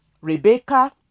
Rebecca